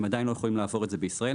הם עדיין לא יכולים לעבור את זה בישראל.